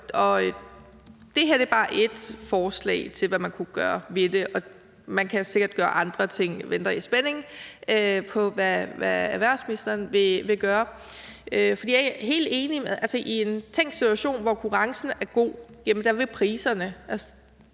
Det her er bare ét forslag til, hvad man kunne gøre ved det, og man kan sikkert gøre andre ting. Jeg venter i spænding på, hvad erhvervsministeren vil gøre. For jeg er helt enig i, at i en tænkt situation, hvor konkurrencen er god, vil priserne